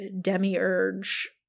Demiurge